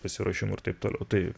pasiruošimui ir taip toliau tai